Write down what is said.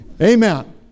Amen